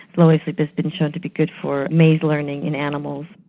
slow wave sleep has been shown to be good for maze learning in animals.